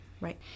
Right